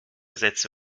sätze